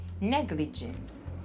negligence